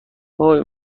هووی